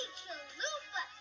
chalupa